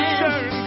turn